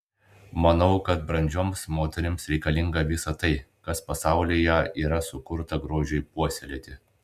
manau kad brandžioms moterims reikalinga visa tai kas pasaulyje yra sukurta grožiui puoselėti